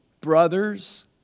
brothers